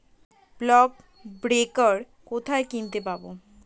Clod breaker কোথায় কিনতে পাব?